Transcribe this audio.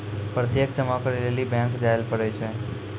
प्रत्यक्ष जमा करै लेली बैंक जायल पड़ै छै